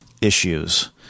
issues